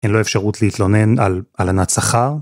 אין לו אפשרות להתלונן על הלנת שכר.